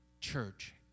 church